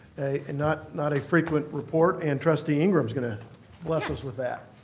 and not not a frequent report. and trustee ingram is going to bless us with that.